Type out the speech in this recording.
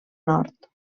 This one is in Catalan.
nord